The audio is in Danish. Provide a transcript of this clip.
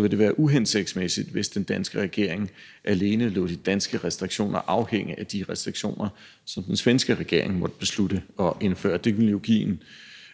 vil det være uhensigtsmæssigt, hvis den danske regering alene lod de danske restriktioner afhænge af de restriktioner, som den svenske regering måtte beslutte at indføre. Det ville jo give en